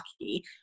lucky